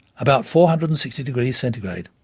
about four hundred and sixty degrees centigrade.